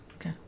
okay